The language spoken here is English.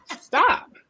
stop